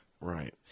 Right